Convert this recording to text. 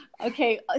Okay